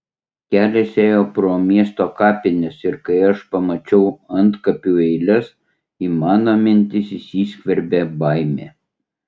kelias ėjo pro miesto kapines ir kai aš pamačiau antkapių eiles į mano mintis įsiskverbė baimė